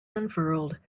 unfurled